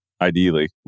Ideally